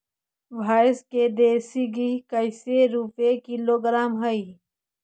भैंस के देसी घी कैसे रूपये किलोग्राम हई?